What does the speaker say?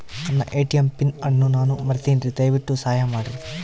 ನನ್ನ ATM PIN ಅನ್ನು ನಾನು ಮರಿತಿನ್ರಿ, ದಯವಿಟ್ಟು ಸಹಾಯ ಮಾಡ್ರಿ